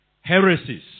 heresies